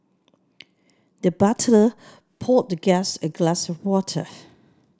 the butler poured the guest a glass of water